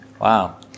wow